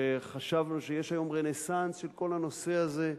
חשבנו שיש היום רנסנס של כל הנושא הזה,